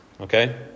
okay